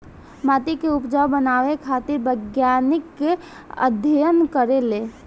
माटी के उपजाऊ बनावे खातिर वैज्ञानिक अध्ययन करेले